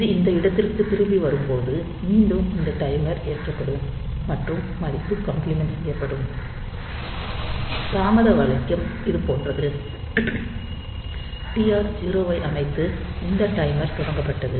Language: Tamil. இது இந்த இடத்திற்கு திரும்பி வரும்போது மீண்டும் இந்த டைமர் ஏற்றப்படும் மற்றும் மதிப்பு காம்ப்ளிமெண்ட் செய்யப்படும் தாமத வழக்கம் இது போன்றது TR0 ஐ அமைத்து இந்த டைமர் தொடங்கப்பட்டது